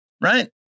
Right